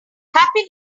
happy